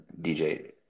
DJ